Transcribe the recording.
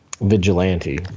vigilante